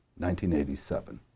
1987